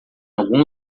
algum